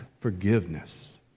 forgiveness